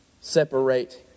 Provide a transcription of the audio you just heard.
separate